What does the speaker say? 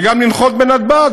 וגם לנחות בנתב"ג,